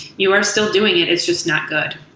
you are still doing it. it's just not good.